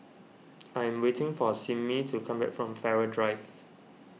I am waiting for Simmie to come back from Farrer Drive